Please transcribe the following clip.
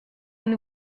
une